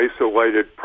isolated